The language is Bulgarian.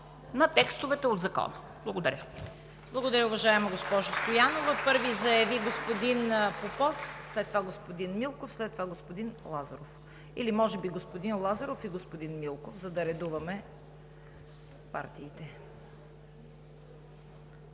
на текстовете от Закона. Благодаря.